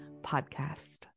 Podcast